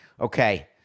Okay